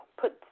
put